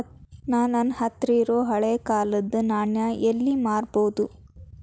ನಾ ನನ್ನ ಹತ್ರಿರೊ ಹಳೆ ಕಾಲದ್ ನಾಣ್ಯ ನ ಎಲ್ಲಿ ಮಾರ್ಬೊದು?